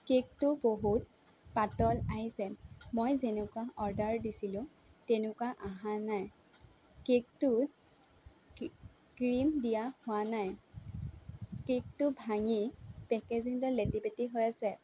কেকটো বহুত পাতল আহিছে মই যেনেকুৱা অৰ্ডাৰ দিছিলোঁ তেনেকুৱা অহা নাই কেকটো কি ক্ৰিম দিয়া হোৱা নাই কেকটো ভাঙি পেকেজিঙত লেটি পেটি হৈ আছে